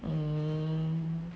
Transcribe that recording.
mm